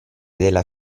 della